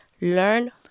Learn